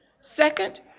Second